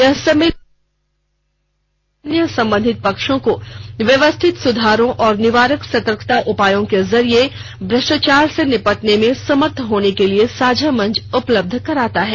यह सम्मेलन नीति निर्माताओं और अन्य संबंधित पक्षों को व्यवस्थित सुधारों और निवारक सतर्कता उपायों के जरिये भ्रष्टाचार से निपटने में समर्थ होने के लिए साझा मंच उपलब्ध कराता है